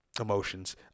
Emotions